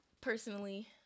Personally